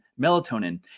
Melatonin